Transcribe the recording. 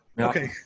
Okay